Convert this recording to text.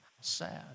Sad